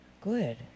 good